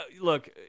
look